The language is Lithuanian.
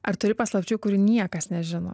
ar turi paslapčių kurių niekas nežino